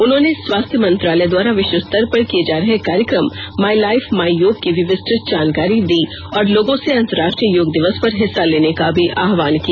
उन्होंने स्वास्थ्य मंत्रालय द्वारा विष्व स्तर पर किये जा रहे कार्यक्रम माई लाइफ माई योग की भी विस्तुत जानकारी दी और लोगों से अंतर्राष्ट्रीय योग दिवस पर हिस्सा लेने का भी आहवान किया